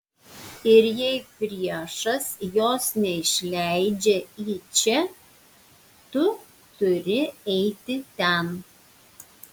ir jei priešas jos neišleidžia į čia tu turi eiti ten